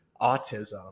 autism